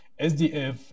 SDF